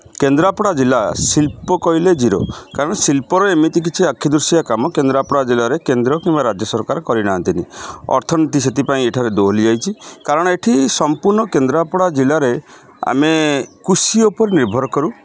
କେନ୍ଦ୍ରାପଡ଼ା ଜିଲ୍ଲା ଶିଳ୍ପ କହିଲେ ଜିରୋ କାରଣ ଶିଳ୍ପର ଏମିତି କିଛି ଆଖି ଦୃଶୀଆ କାମ କେନ୍ଦ୍ରାପଡ଼ା ଜିଲ୍ଲାରେ କେନ୍ଦ୍ର କିମ୍ବା ରାଜ୍ୟ ସରକାର କରିନାହାନ୍ତିନି ଅର୍ଥନୀତି ସେଥିପାଇଁ ଏଠାରେ ଦୋହଲି ଯାଇଛି କାରଣ ଏଠି ସମ୍ପୂର୍ଣ୍ଣ କେନ୍ଦ୍ରାପଡ଼ା ଜିଲ୍ଲାରେ ଆମେ କୃଷି ଉପରେ ନିର୍ଭର କରୁ